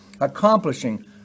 accomplishing